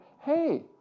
hey